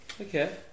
Okay